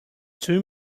two